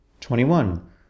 Twenty-one